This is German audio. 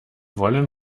wollen